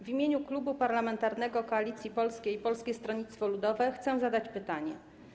W imieniu Klubu Parlamentarnego Koalicja Polska i Polskiego Stronnictwa Ludowego chcę zadać pytanie.